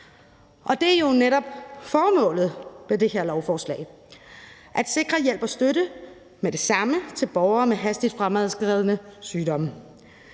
det er jo netop formålet med det her lovforslag – at sikre hjælp og støtte med det samme til borgere med hastigt fremadskridende sygdomme.